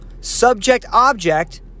subject-object